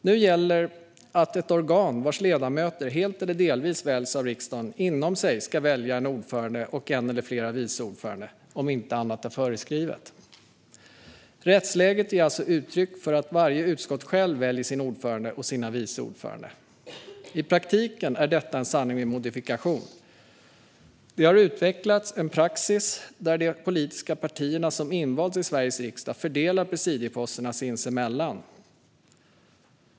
Nu gäller att ett organ vars ledamöter helt eller delvis väljs av riksdagen inom sig ska välja en ordförande och en eller flera vice ordförande, om inte annat är föreskrivet. Rättsläget ger alltså uttryck för att varje utskott självt väljer ordförande och vice ordförande. I praktiken är detta en sanning med modifikation. Det har utvecklats en praxis där de politiska partier som har valts in i Sveriges riksdag fördelar presidieposterna sinsemellan.